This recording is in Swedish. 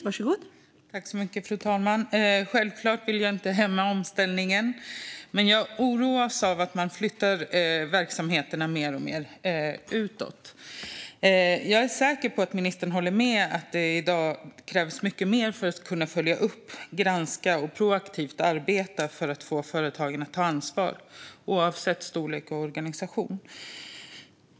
Fru talman! Självklart vill jag inte hämma omställningen, men jag oroas av att man mer och mer flyttar ut verksamheter. Jag är säker på att ministern håller med om att det i dag krävs mycket mer för att följa upp, granska och proaktivt arbeta för att få företagen att ta ansvar, oavsett storlek och organisation.